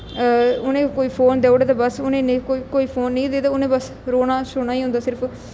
उ'नेंगी कोई फोन देई ओड़ै ते बस उ'नेंगी नेईं कोई फोन लेई दे ते उ'नें बस रौना शौना ही होंदा बस सिर्फ